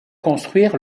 construire